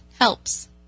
helps